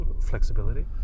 flexibility